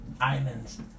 islands